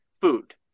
food